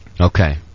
Okay